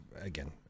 Again